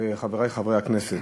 וחברי חברי הכנסת,